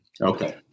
Okay